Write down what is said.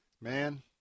man